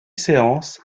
séance